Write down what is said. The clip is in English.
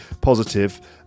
positive